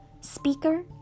speaker